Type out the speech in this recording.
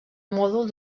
mòdul